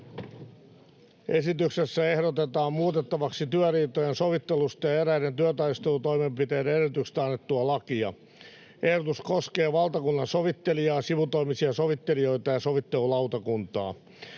Esityksessä ehdotetaan muutettavaksi työriitojen sovittelusta ja eräiden työtaistelutoimenpiteiden edellytyksistä annettua lakia. Ehdotus koskee valtakunnansovittelijaa, sivutoimisia sovittelijoita ja sovittelulautakuntaa.